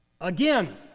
Again